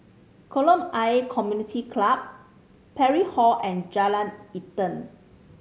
Kolam Ayer Community Club Parry Hall and Jalan Intan